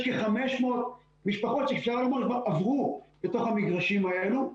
יש לי 500 משפחות שאפשר לומר כבר עברו לתוך המגרשים האלו.